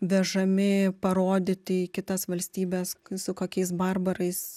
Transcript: vežami parodyti į kitas valstybes su kokiais barbarais